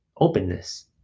Openness